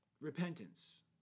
repentance